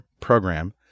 program